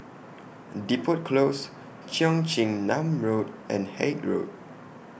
Depot Close Cheong Chin Nam Road and Haig Road